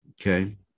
okay